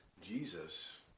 Jesus